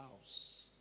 house